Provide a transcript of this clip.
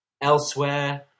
Elsewhere